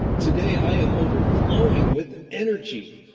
today i am overflowing with energy.